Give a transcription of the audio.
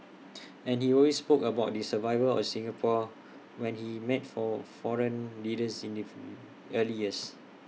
and he always spoke about the survival of Singapore when he met foreign leaders in the early years